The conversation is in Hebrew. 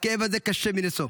הכאב הזה קשה מנשוא.